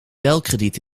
belkrediet